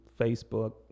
Facebook